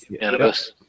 Anubis